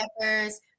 peppers